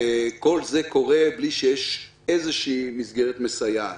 כל זה קורה בלי שיש איזושהי מסגרת מסייעת.